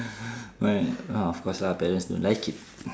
why ah of course lah parents don't like it